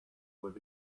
was